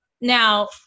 now